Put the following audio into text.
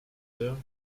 there